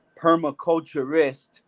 permaculturist